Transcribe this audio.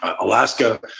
Alaska